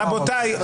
רבותי,